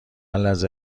لحظه